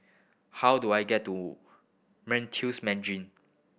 how do I get to Meritus Mandarin